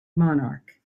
monarch